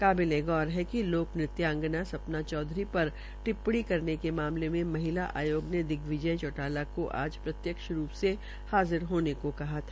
काबिले गौर है कि लोक नृत्यांगना सपना चौधरी पर टिप्पणी करने के मामले मे महिला आयोग दिग्विजय चौटाला को आज प्रत्यक्ष रूप से हाजिर होने को कहा था